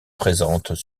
présentes